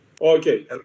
Okay